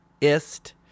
ist